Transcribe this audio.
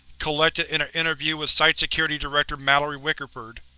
collected in an interview with site security director mallory wickerford.